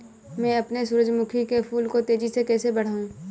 मैं अपने सूरजमुखी के फूल को तेजी से कैसे बढाऊं?